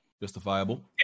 Justifiable